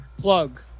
Plug